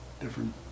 different